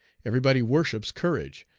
everybody worships courage,